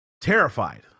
terrified